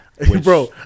Bro